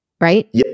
right